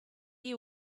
you